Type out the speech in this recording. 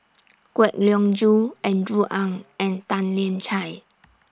Kwek Leng Joo Andrew Ang and Tan Lian Chye